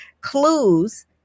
clues